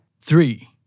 three